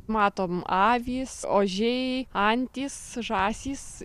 matom avys ožiai antys žąsys